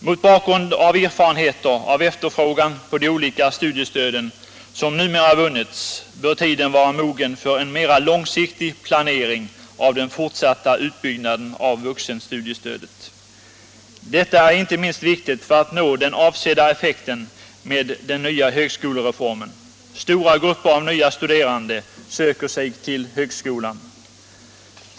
Mot bakgrund av erfarenheter av efterfrågan = Ciala åtgärder på de olika studiestöden som numera vunnits bör tiden vara mogen för en mera långsiktig planering av den fortsatta utbyggnaden av vuxenstudiestödet. Detta är inte minst viktigt för att nå den avsedda effekten med den nya högskolereformen. Stora grupper av nya studerande söker sig till högskolan.